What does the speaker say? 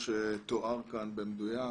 כמו שתואר כאן במדויק,